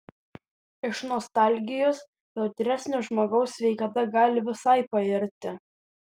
iš nostalgijos jautresnio žmogaus sveikata gali visai pairti